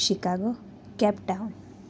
Chicago Cape Town